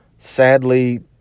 sadly